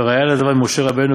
וראיה לדבר ממשה רבנו,